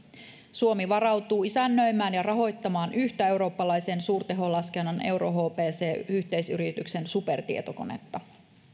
suomi varautuu isännöimään ja rahoittamaan yhtä eurooppalaisen suurteholaskennan eurohpc yhteisyrityksen supertietokonetta